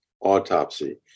autopsy